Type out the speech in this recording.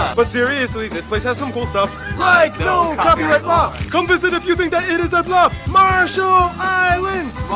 but seriously this place has some cool stuff! like no copyright law! come visit if you think that it is a bluff! marshall islands!